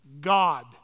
God